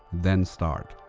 then start.